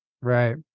right